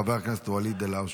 חבר הכנסת ואליד אלהואשלה.